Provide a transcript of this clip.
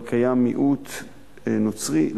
אבל קיים מיעוט נוצרי.